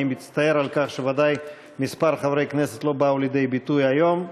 אני מצטער על כך שבוודאי כמה חברי כנסת לא באו לידי ביטוי היום,